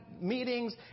meetings